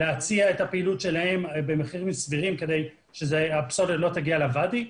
הוא להציע את הפעילות שלהם במחירים סבירים כדי שהפסולת לא תגיע לוואדי,